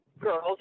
girls